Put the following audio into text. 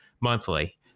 monthly